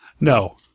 No